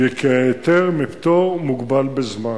וכי הפטור מהיתר מוגבל בזמן.